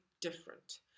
different